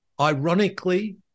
ironically